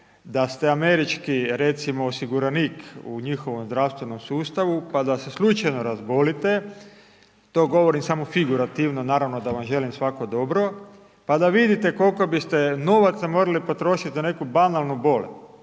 da ste američki recimo osiguranik u njihovom zdravstvenom sustavu, pa da se slučajno razbolite, to govorim samo figurativno, naravno da vam želim svako dobro, pa da vidite koliko biste novaca morali potrošiti za neku banalnu bolest,